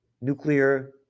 nuclear